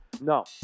No